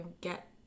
get